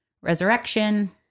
resurrection